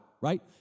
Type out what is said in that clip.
right